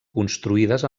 construïdes